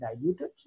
diluted